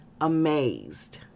Amazed